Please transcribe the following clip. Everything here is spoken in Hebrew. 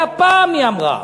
היה פעם, היא אמרה.